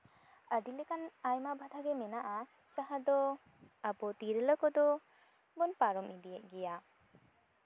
ᱟᱹᱰᱤ ᱞᱮᱠᱟᱱ ᱟᱭᱢᱟ ᱵᱟᱫᱷᱟᱜᱮ ᱢᱮᱱᱟᱜᱼᱟ ᱡᱟᱦᱟᱸ ᱫᱚ ᱟᱵᱚ ᱛᱤᱨᱞᱟᱹ ᱠᱚᱫᱚ ᱵᱚᱱ ᱯᱟᱨᱚᱢ ᱤᱫᱤᱭᱮᱜ ᱜᱮᱭᱟ